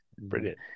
Brilliant